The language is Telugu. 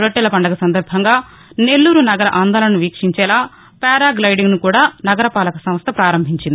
రొట్టెల పండుగ సందర్బంగా నెల్లూరు నగర అందాలను వీక్షించేలా పారా గ్లైడింగ్ను కూడా నగర పాలక సంస్థ ప్రారంభించింది